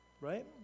right